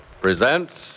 presents